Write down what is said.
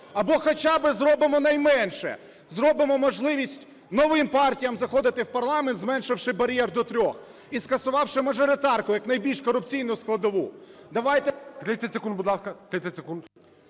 Або хоча би зробимо найменше: зробимо можливість новим партіям заходити в парламент, зменшивши бар'єр до 3-х і скасувавши мажоритарку як найбільш корупційну складову.